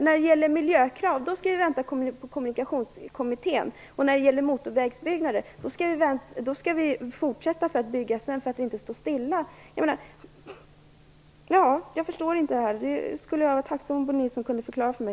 När det gäller miljökrav skall vi vänta på Kommunikationskommittén, men när det gäller motorvägsbyggen skall vi fortsätta att bygga för att inte stå stilla. Jag förstår inte detta. Jag skulle vara tacksam om Bo Nilsson kunde förklara det för mig.